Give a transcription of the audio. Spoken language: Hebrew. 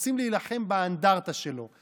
רוצים להילחם באנדרטה שלו.